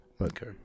Okay